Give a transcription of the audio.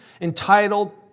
entitled